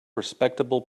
respectable